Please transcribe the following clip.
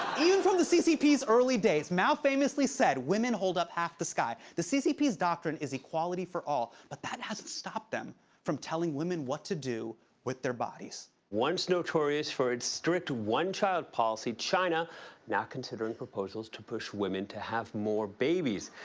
even from the ccp's early days, mao famously said, women hold up half the sky. the ccp's doctrine is equality for all. but that hasn't stopped them from telling women what to do with their bodies. once notorious for its strict one-child policy, china now considering proposals to push women to have more babies.